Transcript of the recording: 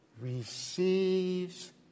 receives